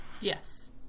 Yes